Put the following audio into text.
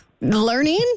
Learning